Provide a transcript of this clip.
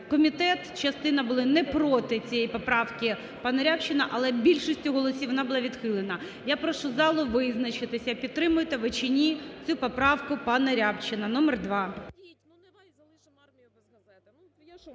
комітет частина були не проти цієї поправки пана Рябчина, але більшістю голосів вона була відхилена. Я прошу залу визначитися підтримуєте ви чи ні цю поправку пана Рябчина номер 2.